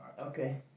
Okay